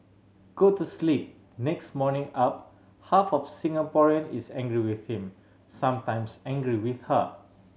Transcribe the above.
go to sleep next morning up half of Singaporean is angry with him sometimes angry with her